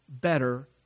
better